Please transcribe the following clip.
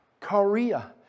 Korea